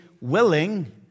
willing